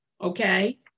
okay